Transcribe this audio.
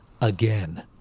again